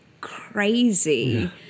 crazy